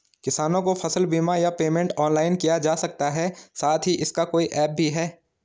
किसानों को फसल बीमा या पेमेंट ऑनलाइन किया जा सकता है साथ ही इसका कोई ऐप भी है?